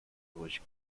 durch